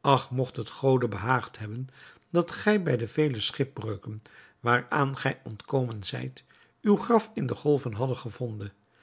ach mogt het gode behaagd hebben dat gij bij de vele schipbreuken waaraan gij ontkomen zijt uw graf in de golven haddet gevonden